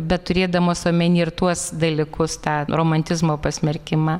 bet turėdamas omeny ir tuos dalykus tą romantizmo pasmerkimą